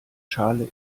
schale